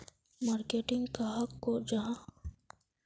Marketing कहाक को जाहा?